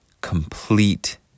complete